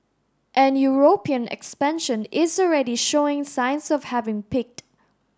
and European expansion is already showing signs of having peaked